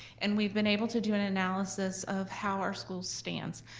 and we've been able to do an analysis of how our school stands.